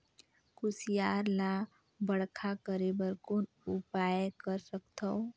कुसियार ल बड़खा करे बर कौन उपाय कर सकथव?